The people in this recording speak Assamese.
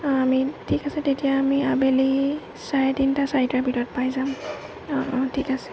অঁ আমি ঠিক আছে তেতিয়া আমি আবেলি চাৰে তিনিটা চাৰিটাৰ ভিতৰত পাই যাম অঁ অঁ ঠিক আছে